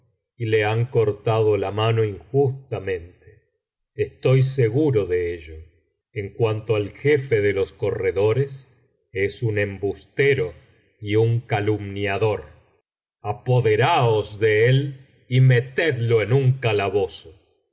y le han cortado la mano injustamente estoy seguro de ello en cuanto al jefe de los corredores es un embustero y un calumniador apoderaos de él y metedlo en un calabozo